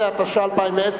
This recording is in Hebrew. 15), התש"ע 2010,